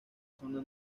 zona